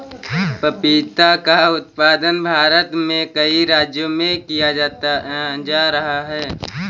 पपीता का उत्पादन भारत में कई राज्यों में किया जा रहा है